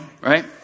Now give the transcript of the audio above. right